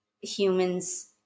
humans